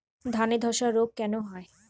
ধানে ধসা রোগ কেন হয়?